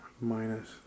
minus